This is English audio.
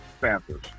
Panthers